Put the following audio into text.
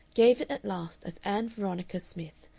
gave it at last as ann veronica smith,